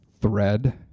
thread